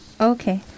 Okay